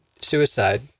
suicide